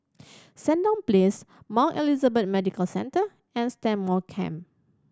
Sandown Place Mount Elizabeth Medical Centre and Stagmont Camp